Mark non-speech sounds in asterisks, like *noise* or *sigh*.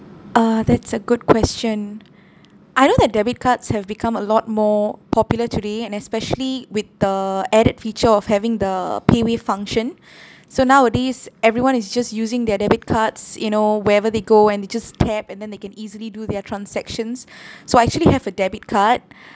uh that's a good question I know that debit cards have become a lot more popular today and especially with the added feature of having the paywave function *breath* so nowadays everyone is just using their debit cards you know wherever they go and they just tap and then they can easily do their transactions *breath* so I actually have a debit card *breath*